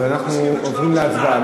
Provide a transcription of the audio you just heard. אז אנחנו עוברים להצבעה,